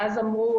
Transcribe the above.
ואז אמרו,